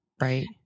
Right